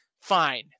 fine